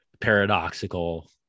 paradoxical